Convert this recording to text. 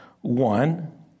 one